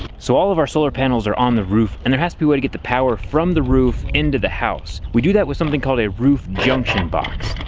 so all of our solar panels are on the roof and there has to be a way to get the power from the roof into the house. we do that with something called a roof junction box.